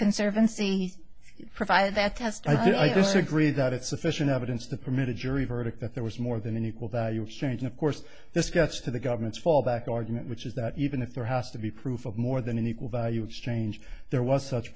conservancy provided that test i disagree that it's sufficient evidence to permit a jury verdict that there was more than an equal value of changing of course this gets to the government's fallback argument which is that even if there has to be proof of more than an equal value exchange there was such